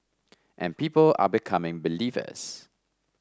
and people are becoming believers